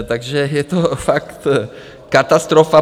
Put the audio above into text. Takže je to fakt katastrofa.